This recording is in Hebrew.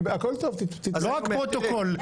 הכול טוב --- לא רק פרוטוקול.